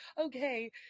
Okay